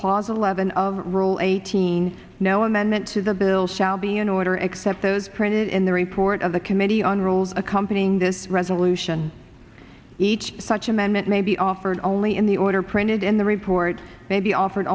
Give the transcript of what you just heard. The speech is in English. clause eleven of roll eighteen no amendment to the bill shall be in order except those printed in the report of the committee on rules accompanying this resolution each such amendment may be offered only in the order printed in the report may be offered